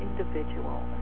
individual